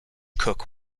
cook